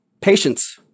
Patience